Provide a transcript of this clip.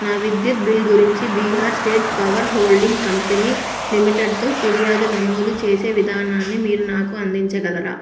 నా విద్యుత్ బిల్ గురించి Bihar state power holding company లిమిటెడ్తో ఫిర్యాదు నమోదు చేసే విధానాన్ని మీరు నాకు అందించగలరా